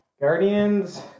Guardians